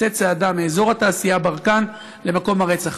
תצא צעדה מאזור התעשייה ברקן למקום הרצח.